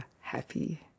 happy